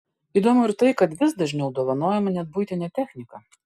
įdomu ir tai kad vis dažniau dovanojama net buitinė technika